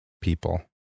people